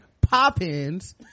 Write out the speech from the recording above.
poppins